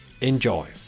Enjoy